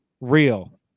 real